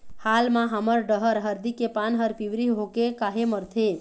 हाल मा हमर डहर हरदी के पान हर पिवरी होके काहे मरथे?